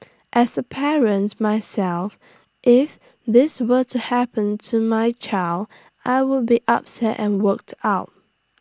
as A parents myself if this were to happen to my child I would be upset and worked up